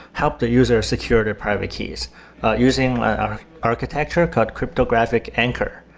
help the user secure their private keys using architecture called cryptographic anchor.